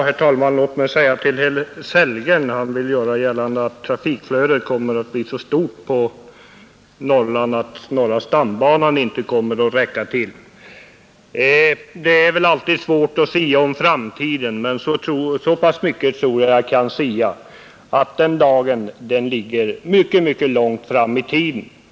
Herr talman! Låt mig svara herr Sellgren, som vill göra gällande att trafikflödet kommer att bli så stort på Norrland att norra stambanan inte kommer att räcka till. Det är väl alltid svårt att sia om framtiden, men så pass mycket tror jag jag kan sia att jag vågar påstå att den dagen ligger mycket långt fram i tiden.